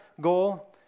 goal